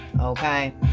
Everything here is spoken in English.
okay